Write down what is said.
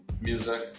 music